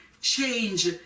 change